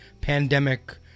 pandemic